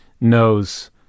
knows